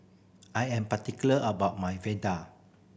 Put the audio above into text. I am particular about my